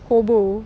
hobo